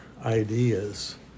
ideas